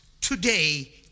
today